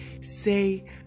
Say